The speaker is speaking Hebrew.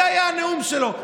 זה היה הנאום שלו.